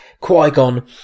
Qui-Gon